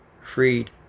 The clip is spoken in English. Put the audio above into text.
freed